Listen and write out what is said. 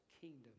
kingdom